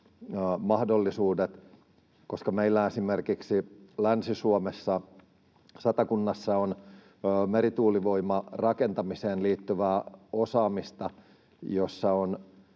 mahdollisuudet. Esimerkiksi meillä Länsi-Suomessa Satakunnassa on merituulivoimarakentamiseen liittyvää osaamista, jossa on